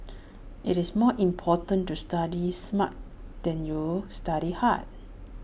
IT is more important to study smart than study hard